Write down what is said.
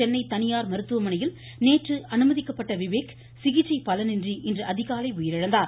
சென்னை தனியார் மருத்துவமனையில் மாரடைப்பு காரணமாக நேற்று அனுமதிக்கப்பட்ட விவேக் சிகிச்சை பலனின்றி இன்று அதிகாலை உயிரிழந்தார்